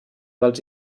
dels